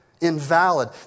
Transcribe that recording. invalid